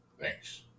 thanks